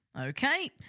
Okay